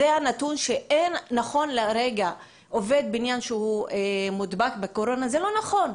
והנתון שאין נכון להרגע עובד בניין שמודבק בקורונה לא נכון.